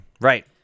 Right